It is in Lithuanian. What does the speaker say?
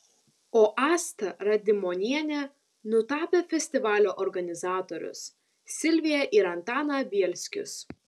o asta radimonienė nutapė festivalio organizatorius silviją ir antaną bielskius